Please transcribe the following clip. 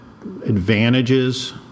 advantages